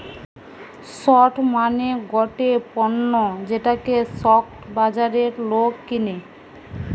stock মানে গটে পণ্য যেটা স্টক বাজারে লোক কিনে